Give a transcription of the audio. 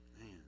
Man